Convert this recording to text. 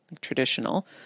traditional